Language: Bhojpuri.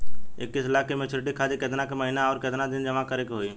इक्कीस लाख के मचुरिती खातिर केतना के महीना आउरकेतना दिन जमा करे के होई?